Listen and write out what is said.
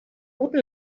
guten